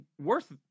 worth